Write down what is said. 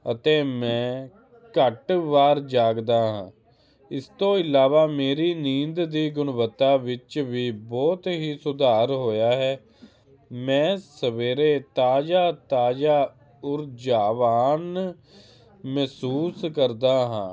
ਅਤੇ ਮੈਂ ਘੱਟ ਵਾਰ ਜਾਗਦਾ ਹਾਂ ਇਸ ਤੋਂ ਇਲਾਵਾ ਮੇਰੀ ਨੀਂਦ ਦੀ ਗੁਣਵੱਤਾ ਵਿੱਚ ਵੀ ਬਹੁਤ ਹੀ ਸੁਧਾਰ ਹੋਇਆ ਹੈ ਮੈਂ ਸਵੇਰੇ ਤਾਜ਼ਾ ਤਾਜ਼ਾ ਉਰ ਜਾਵਾਨ ਮਹਿਸੂਸ ਕਰਦਾ ਹਾਂ